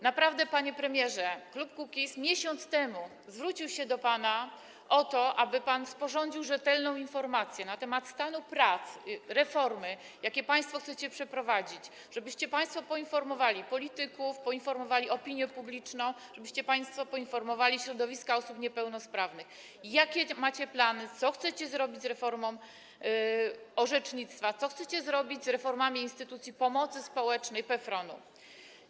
Naprawdę, panie premierze, klub Kukiz’15 miesiąc temu zwrócił się do pana, aby pan sporządził rzetelną informację na temat stanu prac, reform, jakie państwo chcecie przeprowadzić, żebyście państwo poinformowali polityków, poinformowali opinię publiczną, żebyście państwo poinformowali środowiska osób niepełnosprawnych, jakie macie plany, co chcecie zrobić z reformą orzecznictwa, co chcecie zrobić z reformami instytucji pomocy społecznej, z PFRON-em.